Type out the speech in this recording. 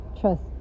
trust